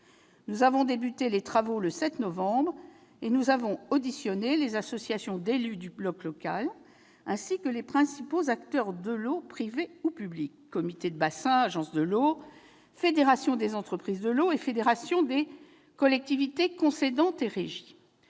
Nous avons commencé les travaux le 7 novembre dernier et nous avons auditionné les associations d'élus du bloc local, ainsi que les principaux acteurs de l'eau, privés ou publics- comités de bassin, agences de l'eau, fédération des entreprises de l'eau et fédération des collectivités concédantes et régies.